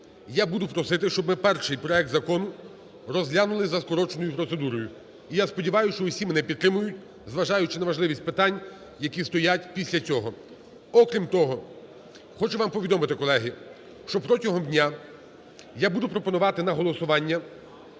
я буду просити, щоб ми перший проект закону розглянули за скороченою процедурою і, я сподіваюся, що всі мене підтримають, зважаючи на важливість питань, які стоять після цього. Окрім того, хочу вам повідомити, колеги, що протягом дня я буду пропонувати на голосування